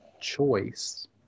choice